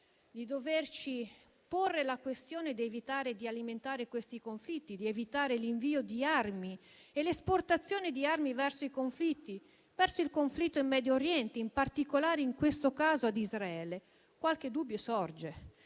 a porci la questione di evitare di alimentare questi conflitti, di evitare l'invio di armi e la loro esportazione verso i conflitti, soprattutto in Medio Oriente e in particolare, in questo caso, ad Israele, qualche dubbio sorge.